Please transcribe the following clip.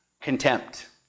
contempt